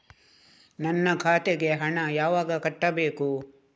ನನ್ನ ಖಾತೆಗೆ ಹಣ ಯಾವಾಗ ಕಟ್ಟಬೇಕು?